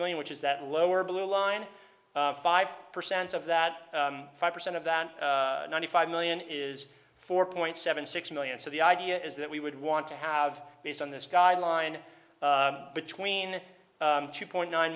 million which is that lower blueline five percent of that five percent of that ninety five million is four point seven six million so the idea is that we would want to have based on this guideline between two point nine